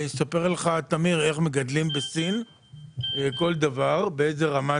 כל מי שראה איך מגדלים שום בסין לא היה אוכל שום סיני.